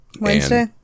Wednesday